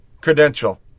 credential